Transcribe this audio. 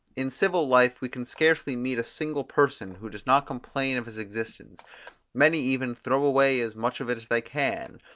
in civil life we can scarcely meet a single person who does not complain of his existence many even throw away as much of it as they can,